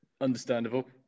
Understandable